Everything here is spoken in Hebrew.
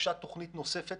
הוגשה תוכנית נוספת,